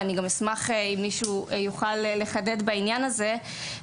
ואני גם אשמח אם מישהו יוכל לחדד בעניין הזה,